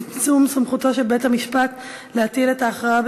(צמצום סמכותו של בית-המשפט להטיל את ההכרעה